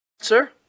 Sir